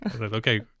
okay